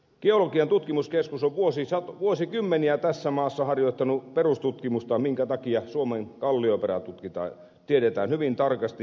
geologian tutkimuskeskus on vuosikymmeniä tässä maassa harjoittanut perustutkimusta minkä takia suomen kallioperää tutkitaan ja siitä tiedetään hyvin tarkasti